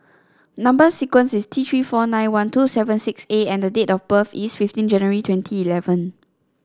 number sequence is T Three four nine one two seven six A and date of birth is fifteen January twenty eleven